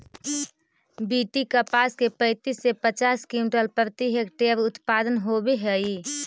BT कपास के पैंतीस से पचास क्विंटल प्रति हेक्टेयर उत्पादन होवे हई